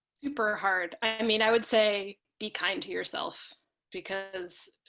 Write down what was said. super hard. i mean, i would say. be kind to yourself because